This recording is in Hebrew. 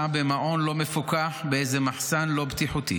במעון לא מפוקח באיזה מחסן לא בטיחותי?